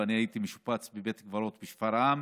ואני הייתי משובץ בבית הקברות בשפרעם,